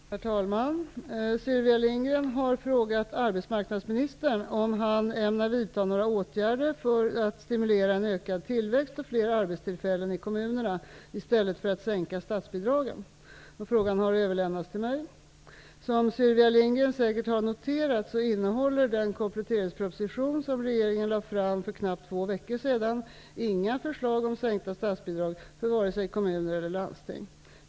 Herr talman! Sylvia Lindgren har frågat arbetsmarknadsministern om han ämnar vidta några åtgärder för att stimulera en ökad tillväxt och fler arbetstillfällen i kommunerna i stället för att sänka statsbidragen. Frågan har överlämnats till mig. Som Sylvia Lindgren säkert har noterat innehåller den kompletteringsproposition som regeringen lade fram för knappt två veckor sedan inga förslag om sänkta statsbidrag för vare sig kommuner eller landsting.